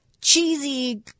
cheesy